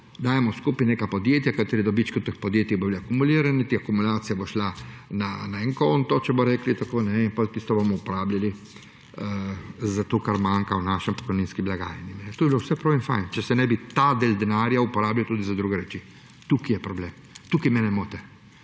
dajemo skupaj neka podjetja, katerih dobičke bodo akumulirana, te akumulacije bodo šle na en konto, če bodo rekli tako, in potem bomo tisto uporabili za to, kar manjka v naši pokojninski blagajni. To bi bilo vse prav in fajn, če se ne bi ta del denarja uporabil tudi za druge reči. Tukaj je problem, tukaj mene moti.